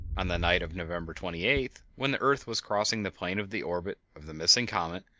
on the night of november twenty eighth, when the earth was crossing the plane of the orbit of the missing comet,